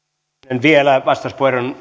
myönnän vielä vastauspuheenvuoron